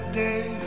day